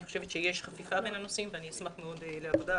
אני חושבת שיש חפיפה בין הנושאים ואשמח מאוד לעבודה